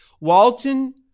walton